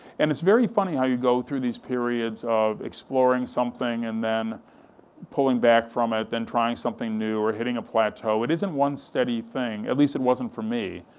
and it's very funny how you go through these periods of exploring something and then pulling back from it, then trying something new, or hitting a plateau, it isn't one steady thing, at least it wasn't for me,